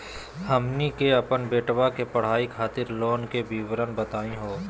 हमनी के अपन बेटवा के पढाई खातीर लोन के विवरण बताही हो?